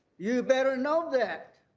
you better know that.